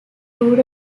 rural